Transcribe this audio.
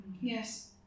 Yes